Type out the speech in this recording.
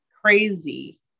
crazy